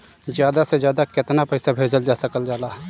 ज्यादा से ज्यादा केताना पैसा भेजल जा सकल जाला?